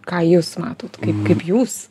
ką jūs matot kaip kaip jūs